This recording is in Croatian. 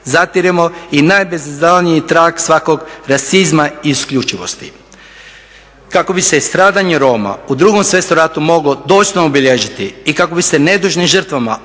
zatiremo i najbezazleniji trag svakog rasizma i isključivosti. Kako bi se stradanje Roma u 2. svjetskom ratu moglo dostojno obilježiti i kako bi se nedužnim žrtvama